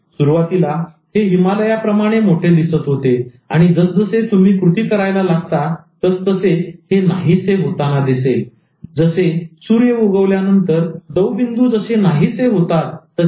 सुरुवातीला हे हिमालयाप्रमाणे मोठे दिसत होते आणि जसजसे तुम्ही कृती करायला लागता तस तसे हे नाहीसे होताना दिसते जसे सूर्य उगवल्यावर दवबिंदू जसे नाहीसे होतात तसे